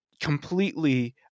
completely